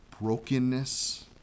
brokenness